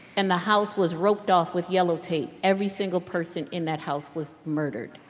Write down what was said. and the house was roped off with yellow tape. every single person in that house was murdered.